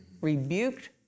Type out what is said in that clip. rebuked